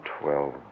twelve